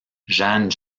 jeanne